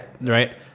Right